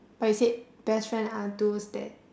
but you said best friend are those that